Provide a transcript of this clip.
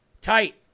tight